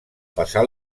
passar